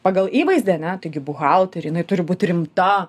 pagal įvaizdį ane taigi buhalterė jinai turi būt rimta